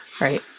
Right